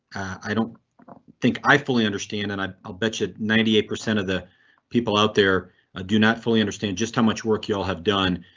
i don't think i fully understand and i bet you ninety eight percent of the people out there ah do not fully understand just how much work you all have done